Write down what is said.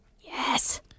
Yes